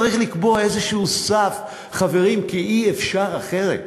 צריך לקבוע איזשהו סף, חברים, כי אי-אפשר אחרת.